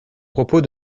propos